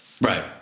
Right